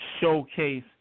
showcase